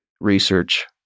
research